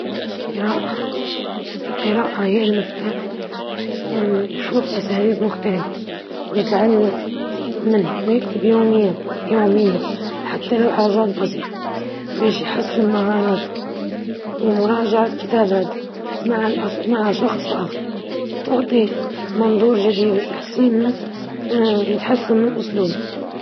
يقرأ أكثر، خصوصًا من كتّاب ممتازين، يكتب يوميًا حتى لو جمل بسيطة، يخلي حد يراجع كتاباته ويعطيه نصائح، يجرب يشارك في ورش كتابة أو يكتب عن حاجات يحبها.